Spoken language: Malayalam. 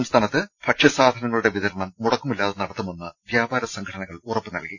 സംസ്ഥാനത്ത് ഭക്ഷ്യസാധനങ്ങളുടെ വിതരണം മുടക്കമില്ലാതെ നടത്തുമെന്ന് വ്യാപാര സംഘടനകൾ ഉറപ്പ് നൽകി